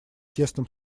тесном